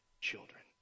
children